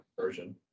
version